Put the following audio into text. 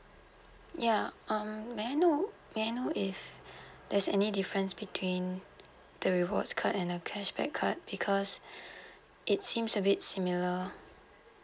ya um may I know may I know if there's any difference between the rewards card and a cashback card because it seems a bit similar